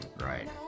Right